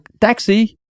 taxi